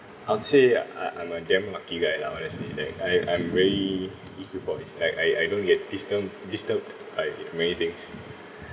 I'll tell you uh I'm a damn lucky guy lah honestly like I'm I'm very like I I don't get disturbed disturbed by many things